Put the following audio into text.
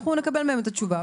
אנחנו נקבל מהם את התשובה,